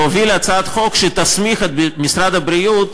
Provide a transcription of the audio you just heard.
להוביל הצעת חוק שתסמיך את משרד הבריאות,